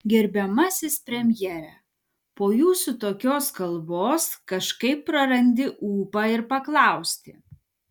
gerbiamasis premjere po jūsų tokios kalbos kažkaip prarandi ūpą ir paklausti